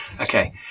Okay